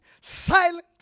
silent